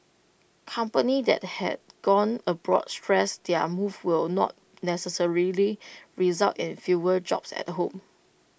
companies that have gone abroad stressed their move will not necessarily result in fewer jobs at home